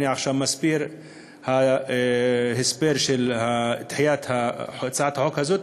אני עכשיו מסביר את דחיית הצעת החוק הזאת,